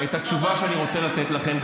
את התשובה שאני רוצה לתת לכם,